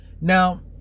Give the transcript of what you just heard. Now